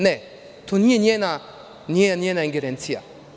Ne, to nije njena ingerencija.